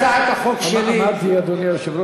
הצעת החוק שלי, אמרתי בישיבה,